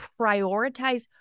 prioritize